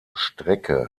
strecke